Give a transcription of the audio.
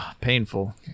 painful